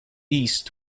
east